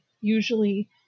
usually